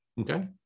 okay